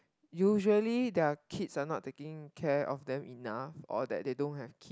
usually their kids are not taking care of them enough or that they don't have